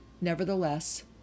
nevertheless